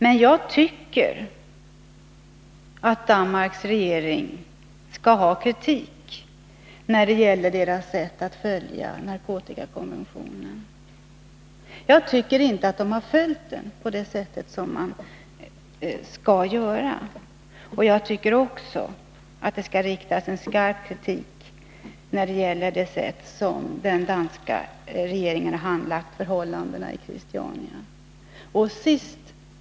Men jag tycker att Danmarks regering skall ha kritik när det gäller dess sätt att följa narkotikakonventionen. Jag tycker inte att Danmarks regering har följt den på det sätt som man skall göra. Jag tycker att det skall riktas en skarp kritik när det gäller det sätt på vilket den danska regeringen har handlagt förhållandena i Christiania.